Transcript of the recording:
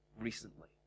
recently